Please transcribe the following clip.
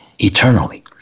eternally